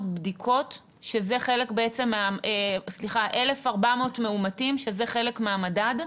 בדיקות אז יהיו פחות אנשים, השאלה אם זה המדד.